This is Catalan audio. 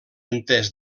entès